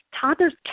toddlers